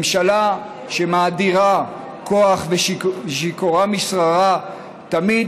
ממשלה שמאדירה כוח ושיכורה משררה תמיד